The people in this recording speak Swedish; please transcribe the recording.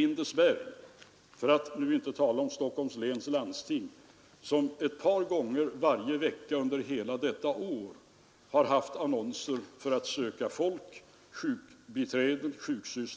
inte att det skulle fortsätta 1972 — det har vi nu i slutet på året fått reda på att det gjort.